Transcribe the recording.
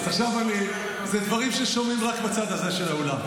אלה דברים ששומעים רק בצד הזה של האולם.